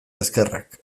ezkerrak